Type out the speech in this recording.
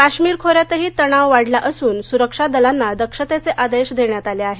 काश्मीर खोऱ्यातही तणाव वाढला असून सुरक्षा दलांना दक्षतेचे आदेश देण्यात आले आहेत